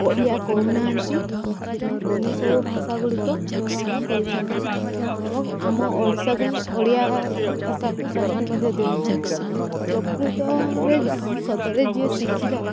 ଓଡ଼ିଆ କହୁନାହାଁନ୍ତି ଅନ୍ୟ ସବୁ ଭାଷା ଗୁଡ଼ିକ ବ୍ୟବହାର କରୁଛନ୍ତି ଏବଂ ଆମ ଓଡ଼ିଶାକୁ ଓଡ଼ିଆ ଭାଷାକୁ ସମ୍ମାନ ମଧ୍ୟ ଦେଉନାହାନ୍ତି ପ୍ରକୃତରେ ସତରେ ଯିଏ ଶିକ୍ଷିତ